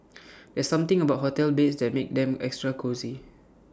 there's something about hotel beds that makes them extra cosy